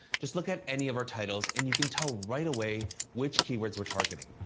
just look at any of our titles, and you can tell right away which keywords we're targeting.